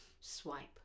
Swipe